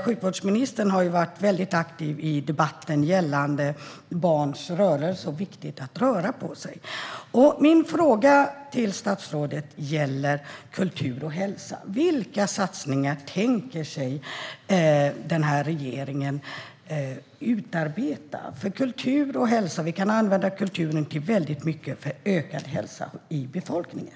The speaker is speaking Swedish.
Sjukvårdsministern har varit väldigt aktiv i debatten gällande barns rörelse och att det är viktigt att röra på sig. Min fråga till statsrådet gäller kultur och hälsa. Vilka satsningar tänker regeringen utarbeta för kultur och hälsa? Vi kan använda kulturen till väldigt mycket för ökad hälsa i befolkningen.